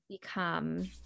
become